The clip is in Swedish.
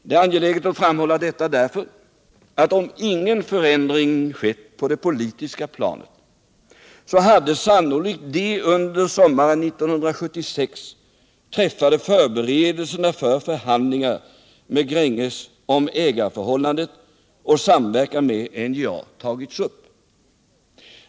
Det är angeläget att framhålla detta, därför att om ingen förändring skett på det politiska planet hade sannolikt de under sommaren 1976 träffade förberedelserna för förhandlingar med Gränges om ägarförhållandet och samverkan med NJA tagits upp.